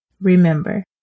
Remember